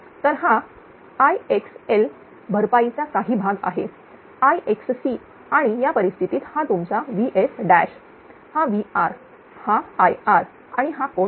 तर हा Ixll भरपाईचा काही भाग आहे Ixc आणि या परिस्थितीत हा तुमचा VS हा VR हा Ir आणि हा कोन